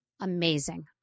amazing